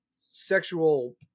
sexual